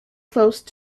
close